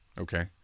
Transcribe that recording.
Okay